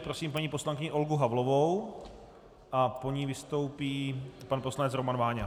Prosím paní poslankyni Olgu Havlovou a po ní vystoupí pan poslanec Roman Váňa.